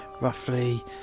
roughly